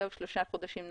לעוד שלושה חודשים נוספים,